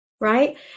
Right